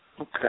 Okay